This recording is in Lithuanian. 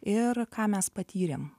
ir ką mes patyrėm